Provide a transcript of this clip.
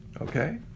okay